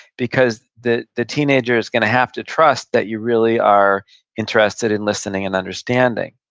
because the the teenager is gonna have to trust that you really are interested in listening and understanding.